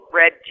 red